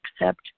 accept